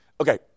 Okay